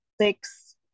Six